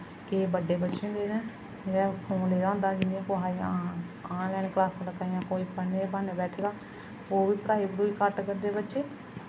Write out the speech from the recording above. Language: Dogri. केईं बड्डे बच्चे होंदे न जेह्ड़ा फोन लेदा होंदा कुसै दा जां आनलाइन क्लासां लग्गा दियां कोई पढ़ने दे ब्हान्ने बैठे दा ओह् बी पढ़ाई पढ़ूई घट्ट करदे बच्चे